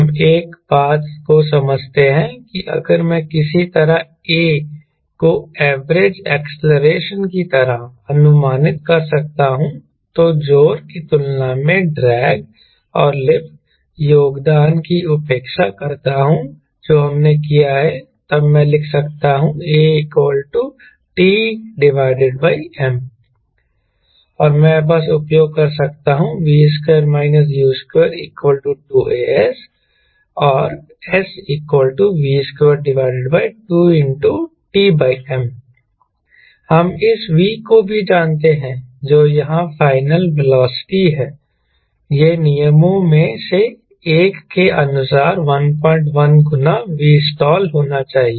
हम एक बात को समझते हैं कि अगर मैं किसी तरह a को एवरेज एक्सेलेरेशन की तरह अनुमानित कर सकता हूं तो जोर की तुलना में ड्रैग और लिफ्ट योगदान की उपेक्षा करता हूं जो हमने किया है तब मैं लिख सकता हूं aTm और मैं बस उपयोग कर सकता हूं V2 U2 2as और SV22 Tm हम इस V को भी जानते हैं जो यहां फाइनल वेलोसिटी है यह नियमों में से एक के अनुसार 11 गुना Vstall होना चाहिए